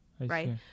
right